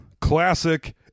Classic